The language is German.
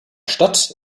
stadt